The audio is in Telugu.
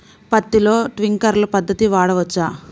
పత్తిలో ట్వింక్లర్ పద్ధతి వాడవచ్చా?